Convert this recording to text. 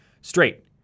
straight